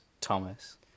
Thomas